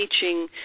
teaching